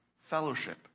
fellowship